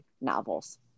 novels